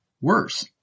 Worse